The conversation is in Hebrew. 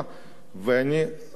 ואני באמת